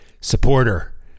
supporter